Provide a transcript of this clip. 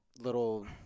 little –